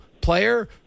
player